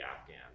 Afghan